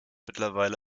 mittlerweile